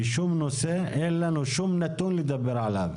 בשום נושא אין לנו שום נתון לדבר עליו.